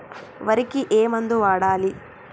వరికి ఏ మందు వాడాలి?